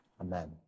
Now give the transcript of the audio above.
amen